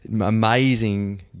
amazing